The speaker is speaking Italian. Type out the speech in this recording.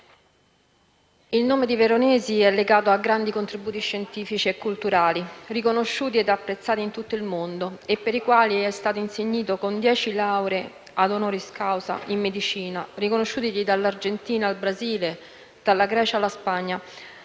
il nome di Veronesi è legato a grandi contributi scientifici e culturali, riconosciuti e apprezzati in tutto il mondo, per i quali è stato insignito con dieci lauree *honoris causa* in medicina, riconosciutegli dall'Argentina al Brasile, dalla Grecia alla Spagna.